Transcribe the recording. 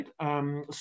right